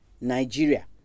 Nigeria